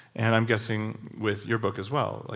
and i'm guessing with your book as well. like